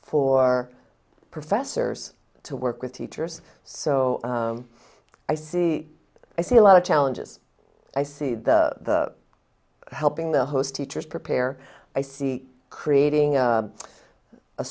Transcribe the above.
for professors to work with teachers so i see i see a lot of challenges i see the helping the host teachers prepare i see creating